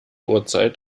uhrzeit